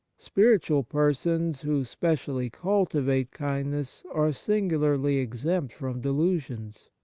spiritual persons who specially cultivate kindness are singularly exempt from delusions.